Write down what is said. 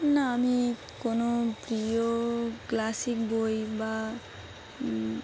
না আমি কোনো প্রিয় ক্লাসিক বই বা